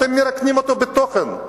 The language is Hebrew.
אתם מרוקנים אותו מתוכן.